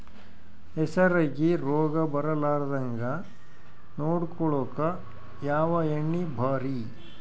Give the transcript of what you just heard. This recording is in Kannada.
ಹೆಸರಿಗಿ ರೋಗ ಬರಲಾರದಂಗ ನೊಡಕೊಳುಕ ಯಾವ ಎಣ್ಣಿ ಭಾರಿ?